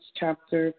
chapter